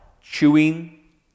chewing